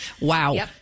Wow